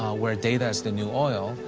where data is the new oil,